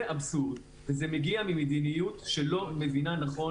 זה אבסורד וזה מגיע ממדיניות שלא מבינה נכון